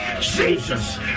Jesus